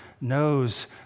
knows